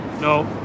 No